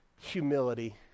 Humility